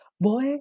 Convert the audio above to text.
boy